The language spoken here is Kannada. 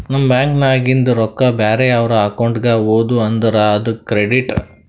ನಮ್ ಬ್ಯಾಂಕ್ ನಾಗಿಂದ್ ರೊಕ್ಕಾ ಬ್ಯಾರೆ ಅವ್ರ ಅಕೌಂಟ್ಗ ಹೋದು ಅಂದುರ್ ಅದು ಕ್ರೆಡಿಟ್